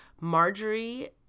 Marjorie